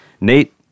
Nate